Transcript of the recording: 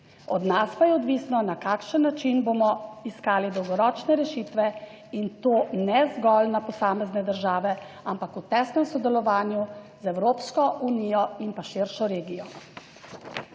od nas pa je odvisno, na kakšen način bomo iskali dolgoročne rešitve in to ne zgolj na posamezne države, ampak v tesnem sodelovanju z Evropsko unijo in pa širšo regijo.